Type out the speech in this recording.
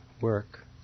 work